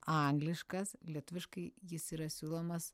angliškas lietuviškai jis yra siūlomas